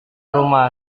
rumah